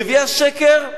נביאי השקר,